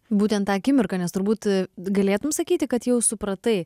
būtent tą akimirką nes turbūt galėtum sakyti kad jau supratai